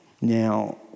Now